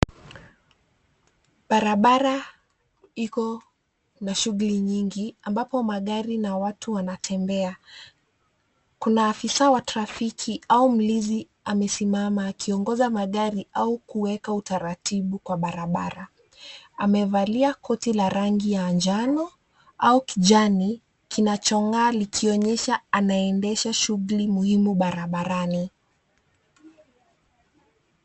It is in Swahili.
Barabara Iko na shughuli nyingi ambapo magari na watu wanatembea. Kuna afisa wa trafiki au mlinzi amesimama akiongoza magari au kuweka utaratibu kwa barabara. Amevalia koti la rangi ya njano au kijani kinachong'aa likionyesha anaendesha shughuli muhimu barabarani.